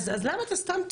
אז למה אתה סתם צועק?